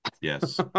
Yes